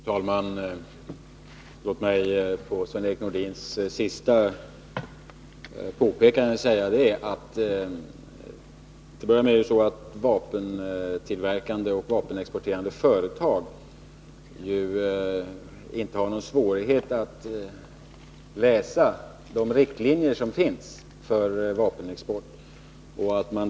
Fru talman! Med anledning av Sven-Erik Nordins senaste påpekande vill jag till att börja med säga att vapentillverkande och vapenexporterande företag ju inte har någon svårighet att läsa de riktlinjer som finns för vapenexport.